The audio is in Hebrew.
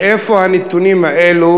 מאיפה הנתונים האלו?